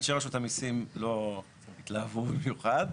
אנשי רשות המיסים לא התלהבו במיוחד.